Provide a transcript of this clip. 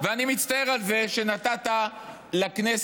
ואני מצטער על זה שנתת לכנסת